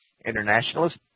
internationalist